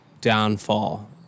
downfall